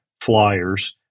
flyers